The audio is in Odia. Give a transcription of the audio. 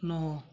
ନଅ